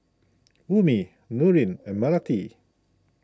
Ummi Nurin and Melati